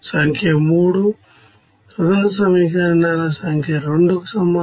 సంఖ్య 3 independent equation లు సంఖ్య 2కు సమానం